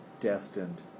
destined